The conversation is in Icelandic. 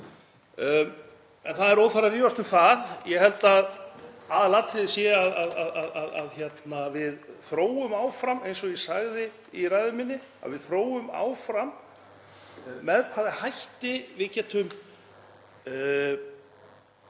En það er óþarfi að rífast um það. Ég held að aðalatriðið sé að við þróum áfram, eins og ég sagði í ræðu minni, með hvaða hætti við getum